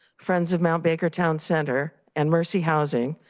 friends of mount baker town center and mercy housing,